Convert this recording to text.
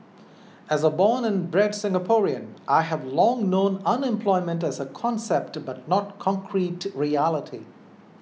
as a born and bred Singaporean I have long known unemployment as a concept but not concrete reality